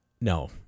No